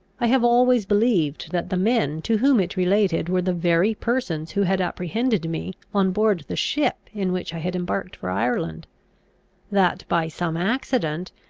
i have always believed that the men to whom it related were the very persons who had apprehended me on board the ship in which i had embarked for ireland that, by some accident,